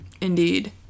Indeed